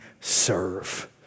serve